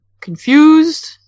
confused